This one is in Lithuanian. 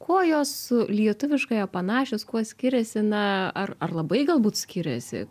kuo jos su lietuviškąja panašios kuo skiriasi na ar ar labai galbūt skiriasi